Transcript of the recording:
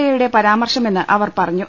A യുടെ പരാമർശമെന്ന് അവർ പറഞ്ഞു